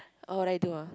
oh what would I do ah